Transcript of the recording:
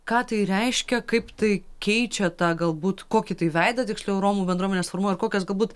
ką tai reiškia kaip tai keičia tą galbūt kokį tai veidą tiksliau romų bendruomenės ar kokias galbūt